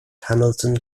hamilton